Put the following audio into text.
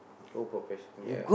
work for passion ya